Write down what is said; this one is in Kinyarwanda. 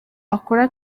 akora